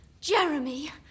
Jeremy